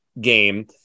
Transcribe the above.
game